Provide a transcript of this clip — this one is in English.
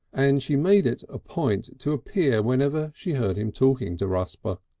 and she made it a point to appear whenever she heard him talking to rusper.